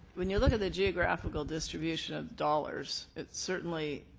when you look at the geographical distribution of dollars, it certainly